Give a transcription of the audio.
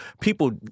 people